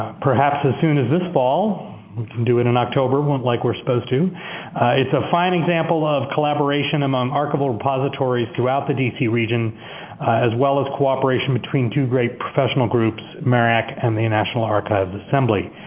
perhaps as soon as this fall, we can do it in october like we're supposed to, it's a fine example of collaboration among archival repositories throughout the d c. region as well as cooperation between two great professional groups, marac and national archives assembly.